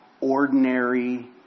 ordinary